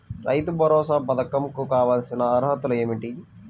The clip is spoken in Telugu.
రైతు భరోసా పధకం కు కావాల్సిన అర్హతలు ఏమిటి?